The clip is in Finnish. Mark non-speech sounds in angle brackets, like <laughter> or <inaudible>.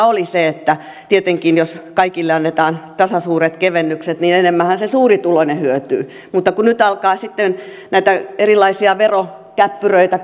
<unintelligible> oli se että tietenkin jos kaikille annetaan tasasuuret kevennykset enemmän se suurituloinen hyötyy mutta kun nyt alkaa sitten näitä erilaisia verokäppyröitä <unintelligible>